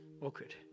Awkward